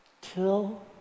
till